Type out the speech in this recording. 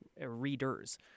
readers